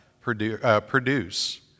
produce